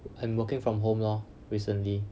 I am working from home lor recently